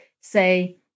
say